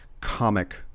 comic